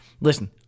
Listen